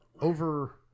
Over